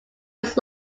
his